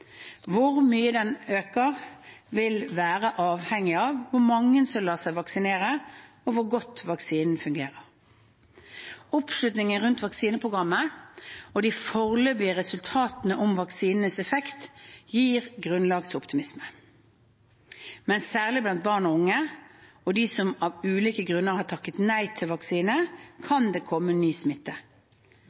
Hvor mye den øker, vil være avhengig av hvor mange som lar seg vaksinere, og hvor godt vaksinen fungerer. Oppslutningen rundt vaksineprogrammet og de foreløpige resultatene om vaksinenes effekt gir grunn til optimisme. Men særlig blant barn, unge og de som av ulike grunner har takket nei til vaksine, kan det komme ny smitte.